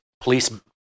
police